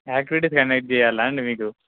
activities conduct చేయ్యాలండి మీకు